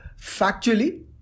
factually